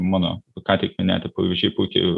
mano ką tik minėti pavyzdžiai puikiai